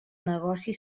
negoci